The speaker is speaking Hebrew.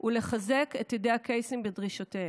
ולחזק את ידי הקייסים בדרישותיהם.